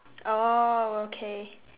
oh okay